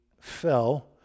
fell